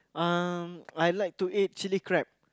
um I like to eat chilli crab